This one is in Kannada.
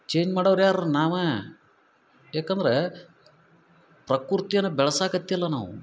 ಚೇಂಜ್ ಮಾಡೋರು ಯಾರು ನಾವೇ ಯಾಕಂದ್ರೆ ಪ್ರಕೃತಿಯನ್ನು ಬೆಳೆಸಕತ್ತಿಲ್ಲ ನಾವು